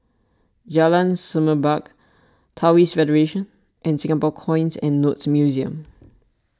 Jalan Semerbak Taoist Federation and Singapore Coins and Notes Museum